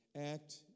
Act